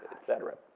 et cetera.